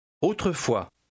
Autrefois